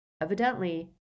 evidently